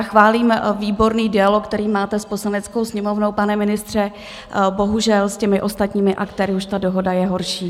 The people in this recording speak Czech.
Chválím výborný dialog, který máte s Poslaneckou sněmovnou, pane ministře, bohužel s ostatními aktéry už ta dohoda je horší.